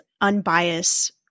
unbiased